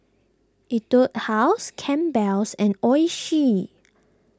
Etude House Campbell's and Oishi